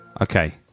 Okay